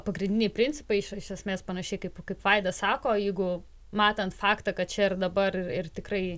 pagrindiniai principai iš iš esmės panašiai kaip kaip vaidas sako jeigu matant faktą kad čia ir dabar ir tikrai